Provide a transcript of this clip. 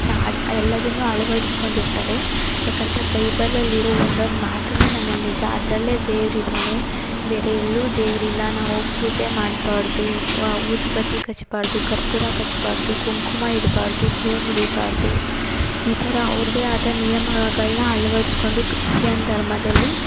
ನಾ ಎಲ್ಲದನ್ನು ಅಳವಡಿಸ್ಕೊಂಡಿರ್ತಾರೆ ಏಕಂದರೆ ಬೈಬಲಲ್ಲಿ ಇರೋ ಒಂದೊಂದು ಮಾತನ್ನೇ ನಮಿಗೆ ನಿಜ ಅದರಲ್ಲೇ ದೇವ್ರು ಇದ್ದಾನೆ ಬೇರೆ ಎಲ್ಲೂ ದೇವ್ರು ಇಲ್ಲ ನಾವು ಪೂಜೆ ಮಾಡಬಾರ್ದು ಊದುಬತ್ತಿ ಹಚ್ಬಾರ್ದು ಕರ್ಪೂರ ಹಚ್ಬಾರ್ದು ಕುಂಕುಮ ಇಡಬಾರ್ದು ಹೂ ಮುಡಿಬಾರದು ಈ ಥರ ಅವ್ರದ್ದೇ ನಿಯಮಗಳನ್ನ ಅಳವಸ್ಕೊಂಡು ಕ್ರಿಶ್ಚಿಯನ್ ಧರ್ಮದಲ್ಲಿ